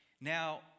Now